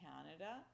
Canada